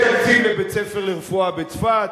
יש תקציב לבית-ספר לרפואה בצפת,